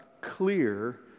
clear